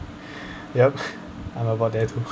yup I'm about there too